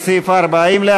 לסעיף 4: בעדה יש לנו 53,